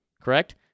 Correct